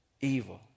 evil